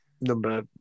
number